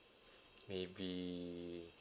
maybe